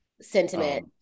sentiment